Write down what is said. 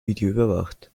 videoüberwacht